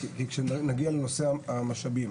כשנגיע לנושא המשאבים.